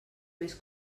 més